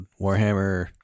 Warhammer